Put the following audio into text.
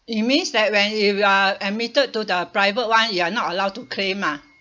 it means that when you are admitted to the private [one] you are not allowed to claim ah